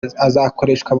azakoreshwa